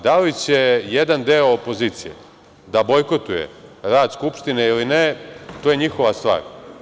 Da li će jedan deo opozicije da bojkotuje rad Skupštine ili ne, to je njihova stvar.